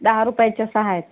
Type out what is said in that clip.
दहा रुपयाचे सहा आहेत